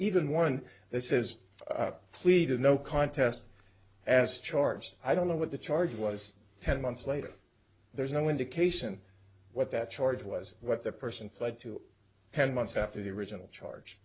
even one that says pleaded no contest as charged i don't know what the charge was ten months later there's no indication what that charge was what the person pled to ten months after the original charge